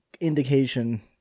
indication